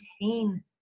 maintain